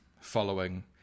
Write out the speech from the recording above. following